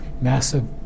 massive